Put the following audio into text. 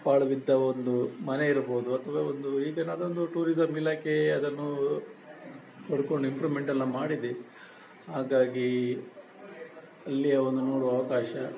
ಪಾಳು ಬಿದ್ದ ಒಂದು ಮನೆ ಇರ್ಬೋದು ಅಥ್ವಾ ಒಂದು ಈಗಿನದೊಂದು ಟೂರಿಸಮ್ ಇಲಾಖೆ ಅದನ್ನೂ ಪಡ್ಕೊಂಡು ಇಂಪ್ರೂಮೆಂಟ್ ಎಲ್ಲ ಮಾಡಿದೆ ಹಾಗಾಗಿ ಅಲ್ಲಿಯ ಒಂದು ನೋಡುವ ಅವಕಾಶ